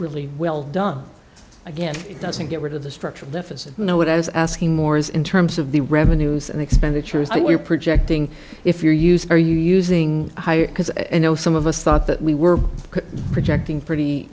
really well done again it doesn't get rid of the structural deficit you know what i was asking more is in terms of the revenues and expenditures we're projecting if you're used are you using higher because i know some of us thought that we were projecting pretty